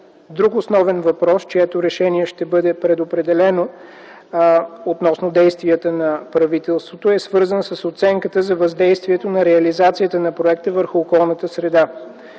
Друг основен въпрос, чието решение ще бъде предопределено относно действията на правителството, е свързан с оценката за въздействието на реализацията на проекта върху околната среда.